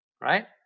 Right